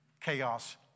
chaos